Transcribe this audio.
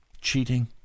cheating